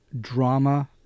drama